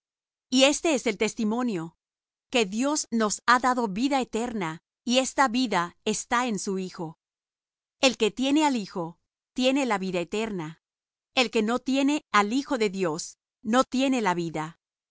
y este es el testimonio que dios nos ha dado vida eterna y esta vida está en su hijo el que tiene al hijo tiene al vida el que no tiene la hijo de dios no tiene la vida